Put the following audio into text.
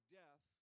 death